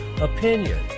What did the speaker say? opinion